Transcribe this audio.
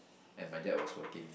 and my dad was working